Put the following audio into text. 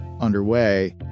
underway